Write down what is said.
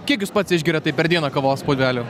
kiek jūs pats išgeriat taip per dieną kavos puodelių